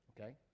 okay